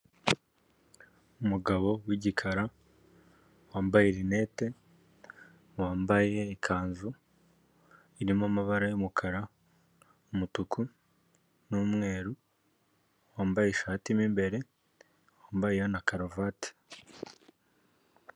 Umugabo w'igikara wambaye rinete, wambaye ikanzu irimo amabara y'umukara, umutuku n'umweru, wambaye ishati mo imbere, wambaye na karuvati.